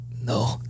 No